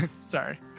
Sorry